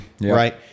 right